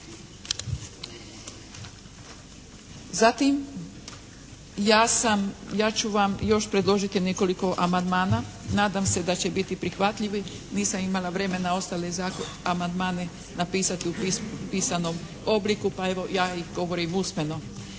sam, ja ću vam još predložiti nekoliko amandmana. Nadam se da će biti prihvatljivi. Nisam imala vremena ostale amandmane napisati u pisanom obliku, pa evo, ja ih govorim usmeno.